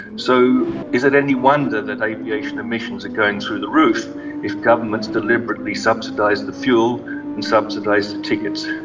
so is it any wonder that aviation emissions are going through the roof if governments deliberately subsidise the fuel and subsidise the tickets?